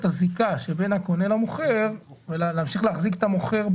הזיקה שבין הקונה למוכר ולהמשיך להחזיק את המוכר.